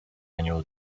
annual